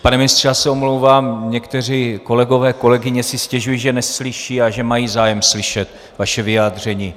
Pane ministře, já se omlouvám, někteří kolegové, kolegyně si stěžují, že neslyší a že mají zájem slyšet vaše vyjádření.